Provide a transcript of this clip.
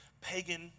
pagan